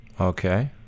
Okay